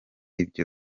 ibyo